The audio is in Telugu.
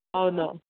అవునా